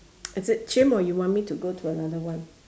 is it chim or you want me to go to another one